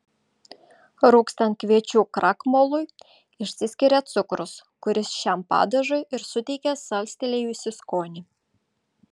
rūgstant kviečių krakmolui išsiskiria cukrus kuris šiam padažui ir suteikia salstelėjusį skonį